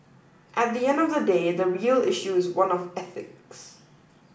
at the end of the day the real issue is one of ethics